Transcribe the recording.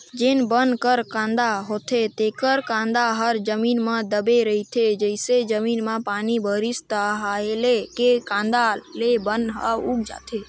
जेन बन कर कांदा होथे तेखर कांदा ह जमीन म दबे रहिथे, जइसे जमीन म पानी परिस ताहाँले ले कांदा ले बन ह उग जाथे